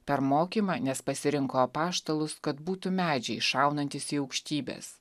per mokymą nes pasirinko apaštalus kad būtų medžiai šaunantys į aukštybes